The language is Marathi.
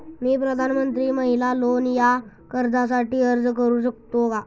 मी प्रधानमंत्री महिला लोन या कर्जासाठी अर्ज करू शकतो का?